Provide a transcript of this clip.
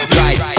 right